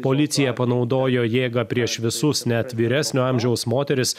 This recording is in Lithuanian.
policija panaudojo jėgą prieš visus net vyresnio amžiaus moteris